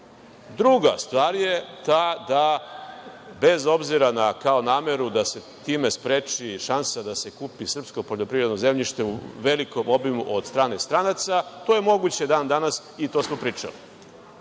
stvar je ta da bez obzira na kao nameru da se time spreči šansa da se kupi srpsko poljoprivredno zemljište u velikom obimu od strane stranaca, to je moguće dan danas i to smo pričali. Znači,